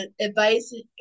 advice